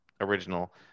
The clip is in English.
original